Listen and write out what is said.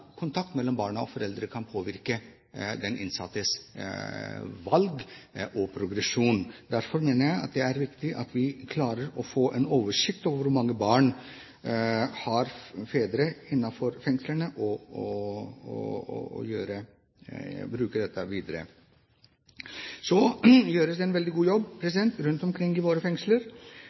kontakt med hverandre. Vi vet at det er viktig først og fremst for barna – dette er rettighetsfestet – og at kontakten mellom barna og foreldrene kan påvirke den innsattes valg og progresjon. Derfor mener jeg det er viktig at vi klarer å få en oversikt over hvor mange barn som har fedre i fengsel, og bruke dette i det videre arbeidet. Det gjøres en veldig